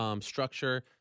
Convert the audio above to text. Structure